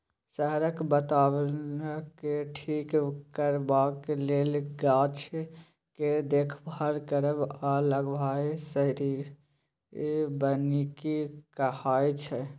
शहरक बाताबरणकेँ ठीक करबाक लेल गाछ केर देखभाल करब आ लगाएब शहरी बनिकी कहाइ छै